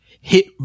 hit